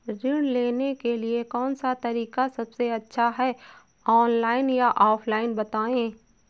ऋण लेने के लिए कौन सा तरीका सबसे अच्छा है ऑनलाइन या ऑफलाइन बताएँ?